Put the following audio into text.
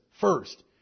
first